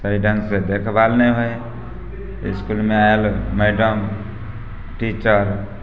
सही ढङ्गसँ देखभाल नहि होइ हइ इसकुलमे आयल मैडम टीचर